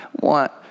want